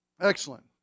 Excellent